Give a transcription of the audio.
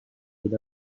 with